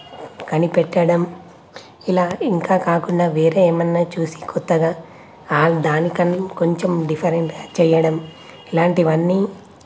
కనిపెట్టడం ఇలా ఇంకా కాకుండా వేరే ఏమైనా చూసి క్రొత్తగా దాని కని కొంచెం డిఫరెంట్ చేయడం ఇలాంటివన్నీ